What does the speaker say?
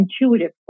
intuitive